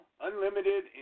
unlimited